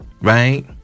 Right